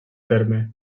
terme